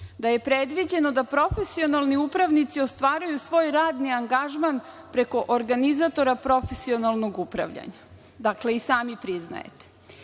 da je predviđeno da profesionalni upravnici ostvaruju svoj radni angažman preko organizatora profesionalnog upravljanja. Dakle, i sami priznajete.